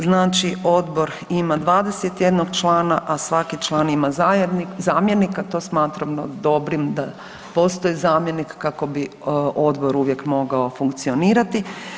Znači odbor ima 21 člana, a svaki član ima zamjenika, to smatramo dobrim da postoji zamjenik kako bi odbor uvijek mogao funkcionirati.